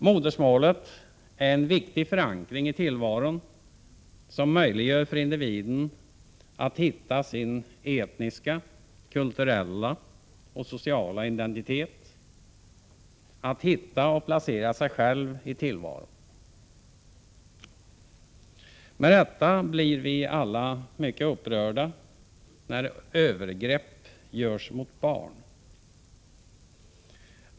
Modersmålet är en viktig förankring i tillvaron som möjliggör för individen att hitta sin etniska, kulturella och sociala identitet — att hitta och placera sig själv i tillvaron. Med rätta blir vi alla mycket upprörda när övergrepp görs mot barn.